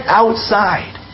outside